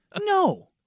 No